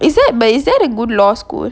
is that but is that a good law school